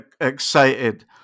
excited